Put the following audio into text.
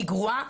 היא גרועה,